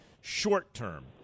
short-term